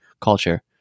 culture